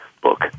book